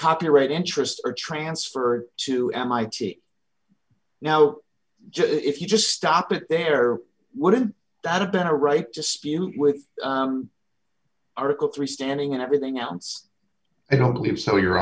copyright interests are transferred to m i t now if you just stop it there wouldn't that have been a right dispute with article three standing and everything else i don't believe so your